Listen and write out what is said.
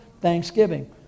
thanksgiving